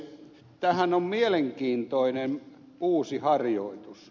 tämähän on mielenkiintoinen uusi harjoitus